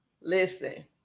Listen